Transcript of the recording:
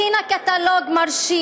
הכינה קטלוג מרשים,